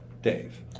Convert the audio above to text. Dave